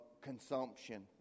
consumption